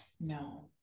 no